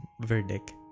verdict